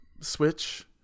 Switch